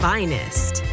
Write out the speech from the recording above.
Finest